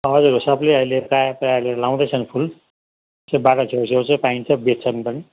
हजुर सबले अहिले प्रायः प्रायःले लाउँदैछन् फुल त्यो बाटो छेउछाउ चाहिँ पाइन्छ बेच्छन् पनि